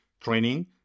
training